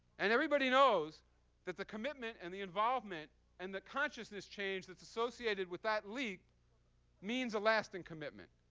and everybody knows that the commitment and the involvement and the consciousness change that's associated with that leak means a lasting commitment.